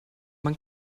man